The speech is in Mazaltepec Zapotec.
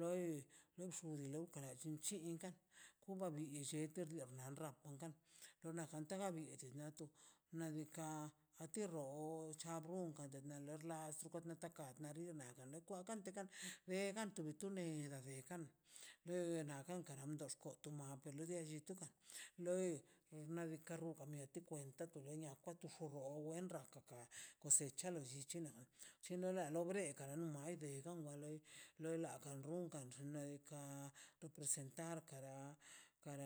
Loi xum xu taw kara llinchiin ka komba blii che enter no nam rrapon gan tor na jan tan di ischi nato nadika a te rroo chabron waner xi lai loi nadika rrun mieti kwenta tu nenia kwa ru xoor wen rra ka cosecha lo llichi chino la lo rekan no hay de wa lei loi lakan rran rrunkan xneka to presentar kara